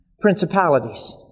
principalities